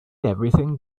everything